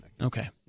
Okay